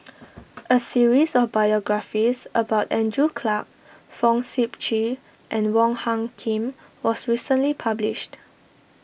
a series of biographies about Andrew Clarke Fong Sip Chee and Wong Hung Khim was recently published